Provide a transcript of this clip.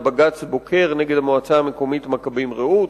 לבג"ץ בוצר נגד המועצה המקומית מכבים-רעות,